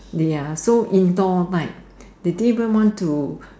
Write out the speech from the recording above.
they are so indoor night they didn't even want to